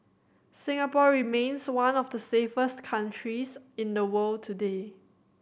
Singapore remains one of the safest countries in the world today